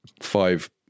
five